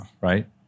Right